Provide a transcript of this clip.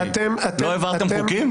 לא העברתם חוקים?